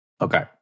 Okay